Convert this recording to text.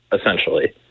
essentially